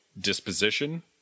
disposition